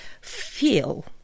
feel